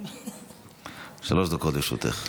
שלוש דקות לרשותך.